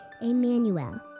Emmanuel